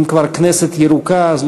אם כבר מדברים על כנסת ירוקה, אז